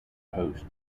host